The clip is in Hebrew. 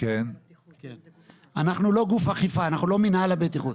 אנחנו לא גוף אכיפה, אנחנו לא מינהל הבטיחות.